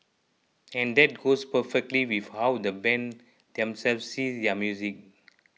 and that goes perfectly with how the band themselves see their music